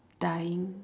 dying